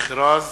(מכרז